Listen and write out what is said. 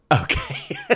Okay